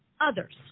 others